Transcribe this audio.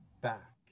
back